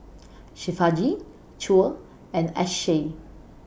Shivaji Choor and Akshay